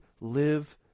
live